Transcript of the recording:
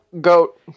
Goat